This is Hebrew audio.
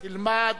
תלמד,